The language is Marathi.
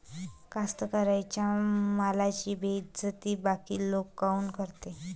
कास्तकाराइच्या मालाची बेइज्जती बाकी लोक काऊन करते?